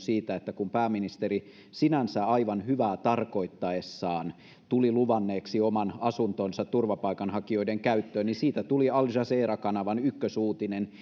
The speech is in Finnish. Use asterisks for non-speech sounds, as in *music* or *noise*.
*unintelligible* siitä että kun pääministeri sinänsä aivan hyvää tarkoittaessaan tuli luvanneeksi oman asuntonsa turvapaikanhakijoiden käyttöön niin siitä tuli al jazeera kanavan ykkösuutinen *unintelligible*